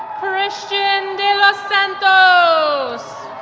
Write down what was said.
christian des los santos.